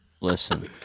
listen